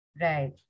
Right